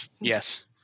Yes